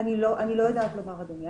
אני לא יודעת לומר, אדוני.